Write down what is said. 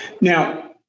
now